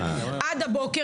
עד הבוקר,